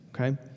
okay